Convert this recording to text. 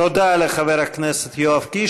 תודה לחבר הכנסת יואב קיש.